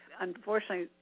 unfortunately